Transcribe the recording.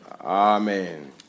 Amen